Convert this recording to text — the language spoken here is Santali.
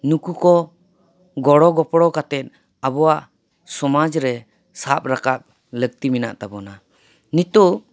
ᱱᱩᱠᱩ ᱠᱚ ᱜᱚᱲ ᱜᱚᱯᱲᱚ ᱠᱟᱛᱮ ᱟᱵᱚᱣᱟᱜ ᱥᱚᱢᱟᱡᱽ ᱨᱮ ᱥᱟᱵ ᱨᱟᱠᱟᱵ ᱞᱟᱹᱠᱛᱤ ᱢᱮᱱᱟᱜ ᱛᱟᱵᱚᱱᱟ ᱱᱤᱛᱚᱜ